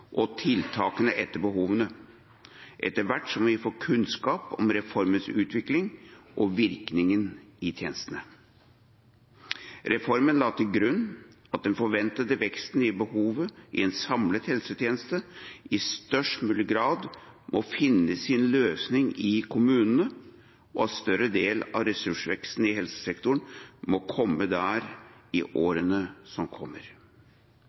og tiltakene etter behovene etter hvert som vi får kunnskap om reformens utvikling og virkning i tjenestene. Reformen la til grunn at den forventede veksten i behov i en samlet helsetjeneste i størst mulig grad må finne sin løsning i kommunene, og at en større del av ressursveksten i helsesektoren må komme der i årene som kommer.